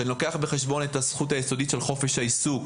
כשאני לוקח בחשבון את הזכות היסודית של חופש העיסוק.